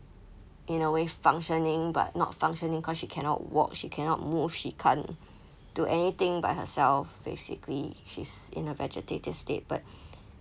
in a way functioning but not functioning cause she cannot walk she cannot move she can't do anything by herself basically she's in a vegetative state but